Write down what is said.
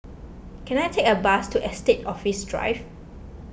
can I take a bus to Estate Office Drive